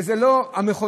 וזה לא המכונות,